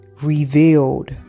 revealed